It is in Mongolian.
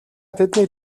тэднийг